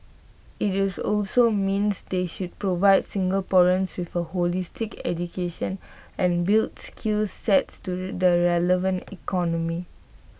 IT also means they should provide Singaporeans with A holistic education and build skill sets to the relevant economy